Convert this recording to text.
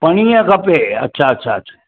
परींहं खपे अच्छा अच्छा